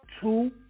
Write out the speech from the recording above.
two